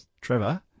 Trevor